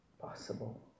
possible